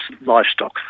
livestock